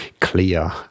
clear